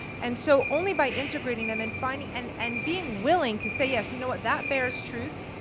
and so only by integrating them and finding and and being willing to say, yes, you know what, that bears truth,